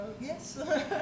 yes